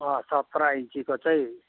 अँ सत्र इन्चीको चाहिँ